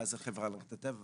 ואז נשמע את החברה להגנת הטבע,